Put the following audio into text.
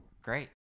Great